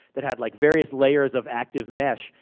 that had like various layers of active mesh,